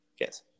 Yes